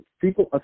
people